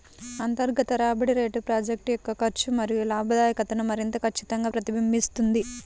అంతర్గత రాబడి రేటు ప్రాజెక్ట్ యొక్క ఖర్చు మరియు లాభదాయకతను మరింత ఖచ్చితంగా ప్రతిబింబిస్తుంది